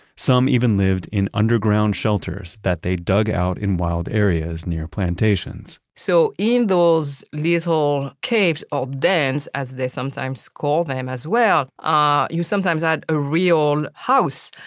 some even lived in underground shelters that they dug out in wild areas near plantations so in those little caves of dance, as they sometimes call them as well, ah you sometimes had a real house.